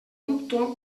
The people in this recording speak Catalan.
dubto